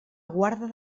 guarda